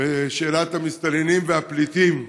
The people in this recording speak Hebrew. בשאלת המסתננים והפליטים.